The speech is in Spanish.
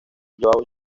joão